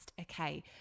okay